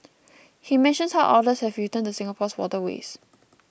he mentions how otters have returned to Singapore's waterways